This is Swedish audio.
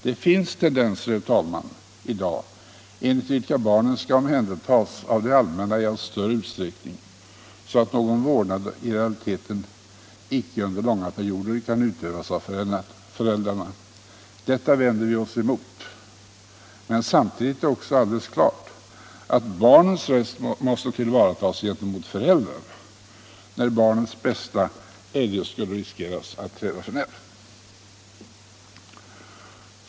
Det finns i dag tendenser, herr talman, enligt vilka barnen skall omhändertas av det allmänna i allt större utsträckning, så att någon vårdnad under långa perioder i realiteten icke kan utövas av föräldrarna. Detta vänder vi oss emot. Men samtidigt är det alldeles klart att barnens rätt måste tillvaratas gentemot föräldrarna, när barnens bästa riskerar att trädas för när.